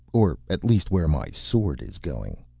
or, at least, where my sword is going.